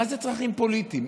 מה זה צרכים פוליטיים?